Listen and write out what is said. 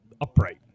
upright